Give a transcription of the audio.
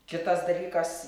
kitas dalykas